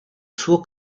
suo